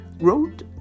wrote